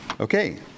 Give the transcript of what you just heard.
Okay